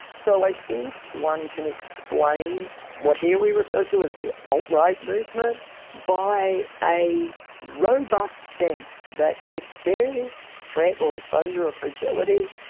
so i think one can explain what here we refer to as the alt-right movement by a robust sense that if there is threat or exposure or fragility,